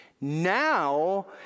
Now